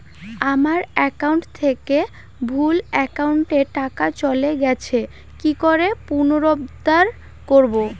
আমার একাউন্ট থেকে ভুল একাউন্টে টাকা চলে গেছে কি করে পুনরুদ্ধার করবো?